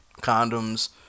Condoms